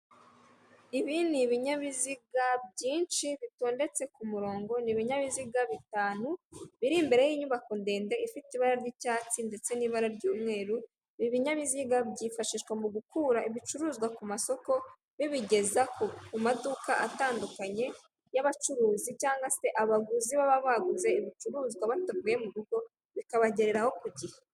Ibi ni ibinyabiziga byinshi bitondetse k'umurongo, n'ibinyabiziga bitanu biri imbere y'inyubako ndende ifite ibara ry'icyatsi ndetse n'ibara ry'umweru ibi binyabiziga byifashishwa mu gukura ibicuruzwa ku masoko bibigeza ku maduka atandukanye y'abacuruzi cyangwa se abaguzi baba baguze ibicuruzwa bataguye mu rugo bikabagereraho ku gihe.